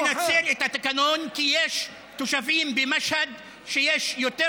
אני מנצל את התקנון כי יש תושבים במשהד ויש יותר